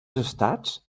estats